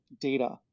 data